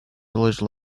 village